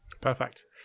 Perfect